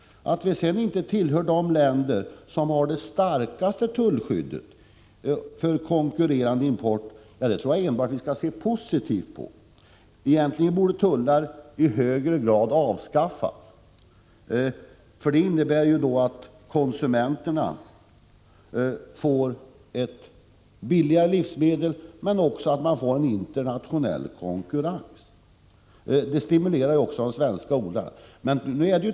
Att vi sedan inte tillhör de länder som har det starkaste tullskyddet för konkurrerande import tror jag att vi skall se enbart positivt på. Egentligen borde tullar i högre grad avskaffas, för det skulle innebära att konsumenterna får billigare livsmedel och likaså att man får en internationell konkurrens, vilket ju stimulerar också de svenska odlarna.